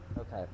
Okay